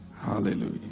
hallelujah